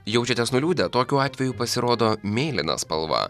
jaučiatės nuliūdę tokiu atveju pasirodo mėlyna spalva